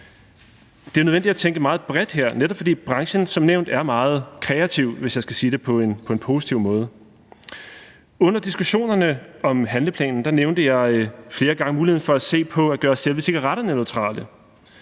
Det er nødvendigt at tænke meget bredt her, netop fordi branchen som nævnt er meget kreativ, hvis jeg skal sige det på en positiv måde. Under diskussionerne om handleplanen nævnte jeg flere gange muligheden for at se på at gøre selve cigaretterne neutrale.